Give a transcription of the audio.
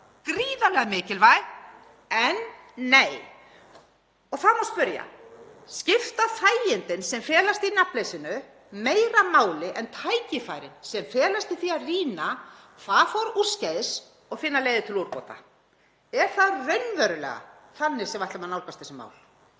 gríðarlega mikilvæg, en nei. Þá má spyrja: Skipta þægindin sem felast í nafnleysinu meira máli en tækifærin sem felast í því að rýna hvað fór úrskeiðis og finna leiðir til úrbóta? Er það raunverulega þannig sem við ætlum að nálgast þessi mál?